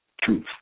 truth